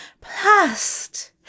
Past